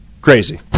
Crazy